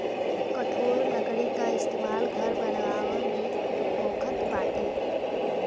कठोर लकड़ी के इस्तेमाल घर बनावला में होखत बाटे